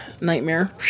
nightmare